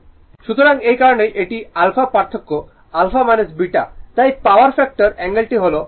সুতরাং এই কারণেই এটি α পার্থক্য α β তাই পাওয়ার ফ্যাক্টর অ্যাঙ্গেলটি হল α β